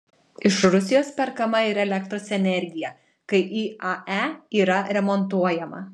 iš rusijos perkama ir elektros energija kai iae yra remontuojama